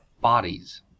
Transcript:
bodies